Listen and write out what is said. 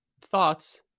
thoughts